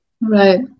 Right